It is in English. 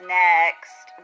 next